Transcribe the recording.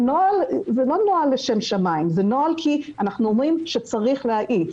זה לא נוהל לשם שמיים אלא זה נוהל כי אנחנו אומרים שצריך להאיץ.